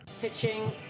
Pitching